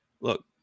Look